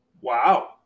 Wow